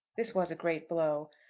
this was a great blow.